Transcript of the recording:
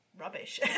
rubbish